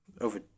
over